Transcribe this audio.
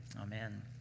Amen